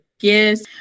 Yes